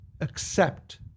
accept